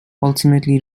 ultimately